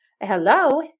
Hello